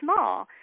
small